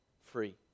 free